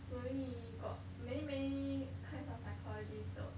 所以 got many many kind of psychologists 的